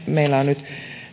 meillä on nyt